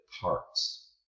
parts